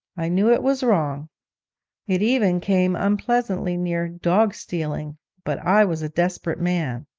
i know it was wrong it even came unpleasantly near dog-stealing but i was a desperate man.